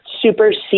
supersede